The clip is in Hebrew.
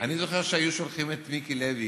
אני זוכר שהיו שולחים את מיקי לוי